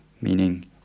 meaning